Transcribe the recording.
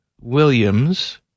Williams